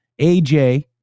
AJ